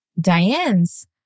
Diane's